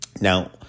Now